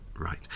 Right